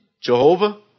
Jehovah